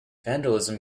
vandalism